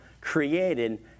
created